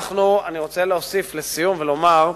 אני רוצה להוסיף לסיום ולומר,